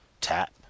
tap